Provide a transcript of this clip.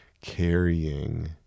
carrying